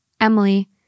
Emily